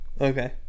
Okay